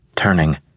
Turning